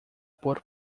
por